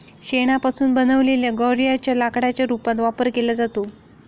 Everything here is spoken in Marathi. शेणापासून बनवलेल्या गौर्यांच्या लाकडाच्या रूपात वापर केला जातो